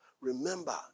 Remember